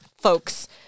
folks